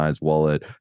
wallet